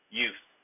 youth